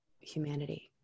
humanity